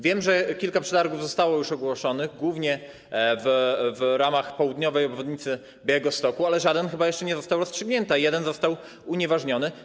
Wiem, że kilka przetargów zostało już ogłoszonych, głównie w ramach południowej obwodnicy Białegostoku, ale żaden chyba jeszcze nie został rozstrzygnięty, a jeden został unieważniony.